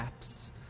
apps